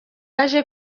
yaje